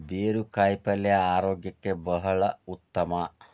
ಬೇರು ಕಾಯಿಪಲ್ಯ ಆರೋಗ್ಯಕ್ಕೆ ಬಹಳ ಉತ್ತಮ